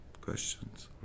questions